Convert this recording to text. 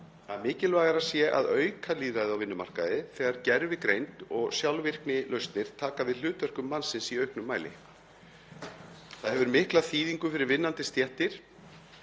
að mikilvægara sé að auka lýðræði á vinnumarkaði þegar gervigreind og sjálfvirknilausnir taka við hlutverkum mannsins í auknum mæli. Það hefur mikla þýðingu fyrir vinnandi stéttir